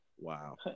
Wow